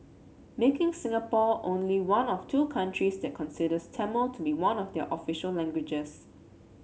making Singapore only one of two countries that considers Tamil to be one of their official languages